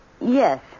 yes